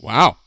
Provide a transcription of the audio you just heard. Wow